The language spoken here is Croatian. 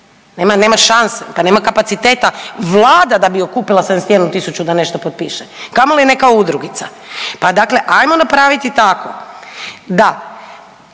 nema šanse, pa nema kapaciteta Vlada da bi okupila 71 tisuću da nešto potpiše, kamoli neka udrugica. Pa dakle ajmo napraviti tako da